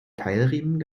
keilriemen